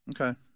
Okay